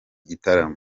gitaramo